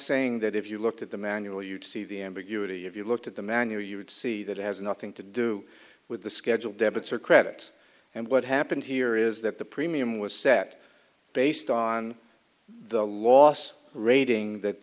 saying that if you looked at the manual you'd see the ambiguity if you looked at the manual you would see that has nothing to do with the schedule debit or credit and what happened here is that the premium was set based on the loss rating that